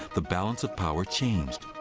the balance of power changed.